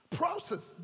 process